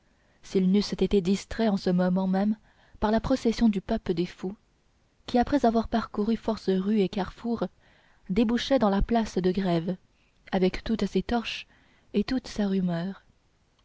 s'ils n'eussent été distraits en ce moment même par la procession du pape des fous qui après avoir parcouru force rues et carrefours débouchait dans la place de grève avec toutes ses torches et toute sa rumeur